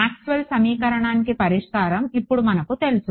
Maxwell సమీకరణానికి పరిష్కారం ఇప్పుడు మనకు తెలుసు